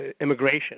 immigration